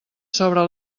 sobre